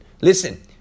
listen